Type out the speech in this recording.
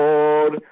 Lord